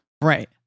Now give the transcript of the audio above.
Right